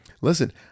Listen